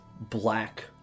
black